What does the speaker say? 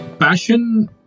Passion